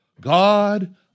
God